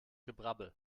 gebrabbel